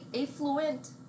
affluent